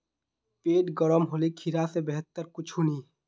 पेट गर्म होले खीरा स बेहतर कुछू नी